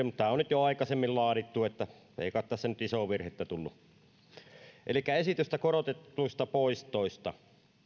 mutta tämä on jo aikaisemmin laadittu että ei kai tässä nyt isoa virhettä tullut elikkä esitystä korotetuista poistoista